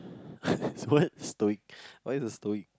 what stoic what is a stoic